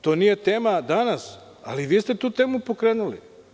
To nije tema danas, ali vi ste tu temu pokrenuli.